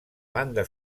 banda